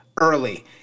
early